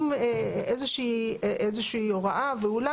אם איזושהי הוראה "ואולם",